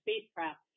spacecraft